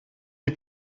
die